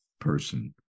person